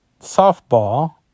softball